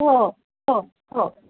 हो हो हो